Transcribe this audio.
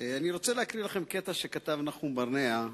אני רוצה להקריא לכם קטע שכתב נחום ברנע,